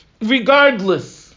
regardless